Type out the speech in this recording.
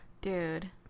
Dude